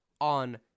on